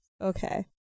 Okay